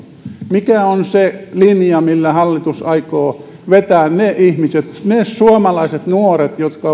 mikä on se linja millä hallitus aikoo vetää mukaan ne ihmiset ne suomalaiset nuoret jotka